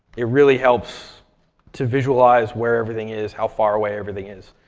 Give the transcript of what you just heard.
it really helps to visualize where everything is, how far away everything is,